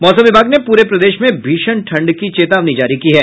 मौसम विभाग ने पूरे प्रदेश में भीषण ठंड की चेतावनी जारी की है